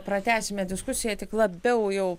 pratęsime diskusiją tik labiau jau